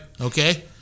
Okay